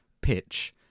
pitch